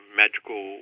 magical